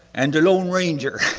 and the lone ranger.